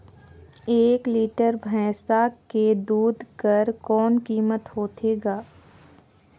एक लीटर भैंसा के दूध कर कौन कीमत होथे ग?